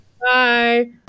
Bye